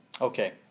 Okay